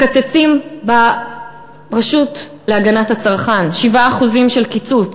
מקצצים ברשות להגנת הצרכן, 7% של קיצוץ.